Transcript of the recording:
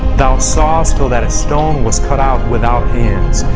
thou sawest till that a stone was cut out without hands,